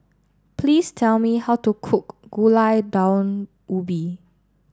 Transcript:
please tell me how to cook Gulai Daun Ubi